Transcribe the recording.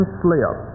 slip